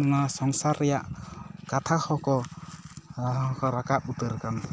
ᱚᱱᱟ ᱥᱚᱝᱥᱟᱨ ᱨᱮᱭᱟᱜ ᱠᱟᱛᱷᱟ ᱦᱚᱸ ᱠᱚ ᱨᱟᱠᱟᱵ ᱩᱛᱟᱹᱨ ᱠᱟᱱ ᱜᱮᱛᱟ ᱠᱚᱣᱟ